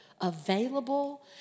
available